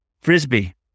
frisbee